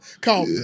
Call